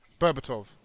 Berbatov